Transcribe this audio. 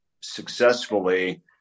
successfully